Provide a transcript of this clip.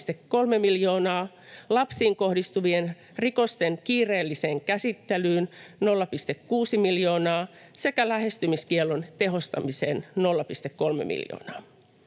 lapsiin kohdistuvien rikosten kiireelliseen käsittelyyn 0,6 miljoonaa sekä lähestymiskiellon tehostamiseen 0,3 miljoonaa.